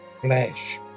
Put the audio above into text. flesh